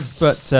but.